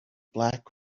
black